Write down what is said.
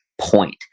point